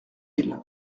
île